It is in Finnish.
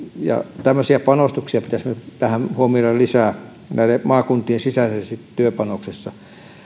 tämmöisiä panostuksia tähän pitäisi huomioida lisää näiden maakuntien sisäisessä työpanoksessa